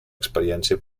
experiència